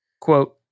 Quote